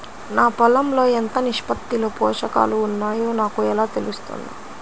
నా పొలం లో ఎంత నిష్పత్తిలో పోషకాలు వున్నాయో నాకు ఎలా తెలుస్తుంది?